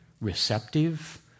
receptive